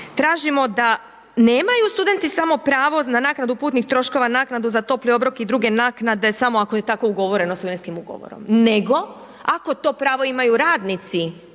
Tražimo da nemaju studenti samo pravo na naknadu putnih troškova, naknadu za topli obrok i druge naknade samo ako je tako ugovoreno studentskim ugovorom, nego ako to pravo imaju radnici